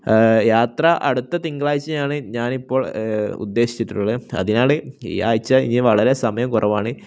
യാത്ര അടുത്ത തിങ്കളാഴ്ചയാണ് ഞാനിപ്പോൾ ഉദ്ദേശിച്ചിട്ടുള്ളത് അതിനാണ് ഈയാഴ്ച ഇനി വളരെ സമയം കുറവാണ്